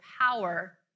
power